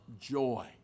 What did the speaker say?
joy